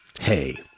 Hey